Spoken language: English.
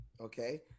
okay